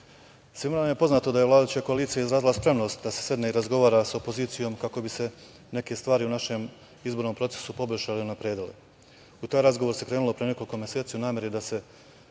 nama je poznato da je vladajuća koalicija izrazila spremnost da se sedne i razgovara sa opozicijom kako bi se neke stvari u našem izbornom procesu poboljšale i unapredile. U taj razgovor se krenulo pre nekoliko meseci u nameri da se